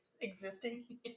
Existing